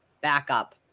backup